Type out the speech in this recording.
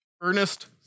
Ernest